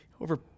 over